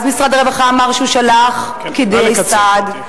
אז משרד הרווחה אמר שהוא שלח פקידי סעד,